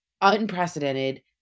unprecedented